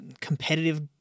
competitive